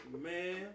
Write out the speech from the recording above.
man